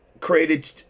created